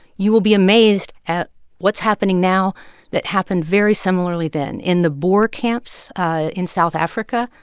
you will be amazed at what's happening now that happened very similarly then. in the boer camps in south africa,